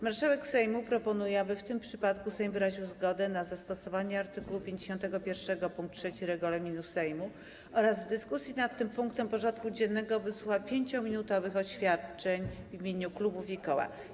Marszałek Sejmu proponuje, aby w tym przypadku Sejm wyraził zgodę na zastosowanie art. 51 pkt 3 regulaminu Sejmu oraz w dyskusji nad tym punktem porządku dziennego wysłuchał 5-minutowych oświadczeń w imieniu klubów i koła.